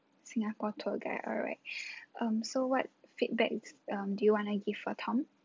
singapore tour guide alright um so what feedbacks um do you want to give for tom